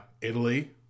Italy